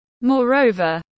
Moreover